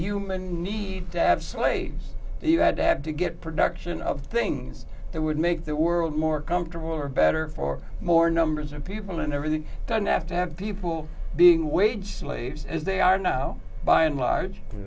human need to have slaves and you had to have to get production of things that would make the world more comfortable or better or more numbers of people and everything done after have people being wage slaves as they are now by and large